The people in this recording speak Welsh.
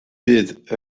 bydd